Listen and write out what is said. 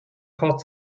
hot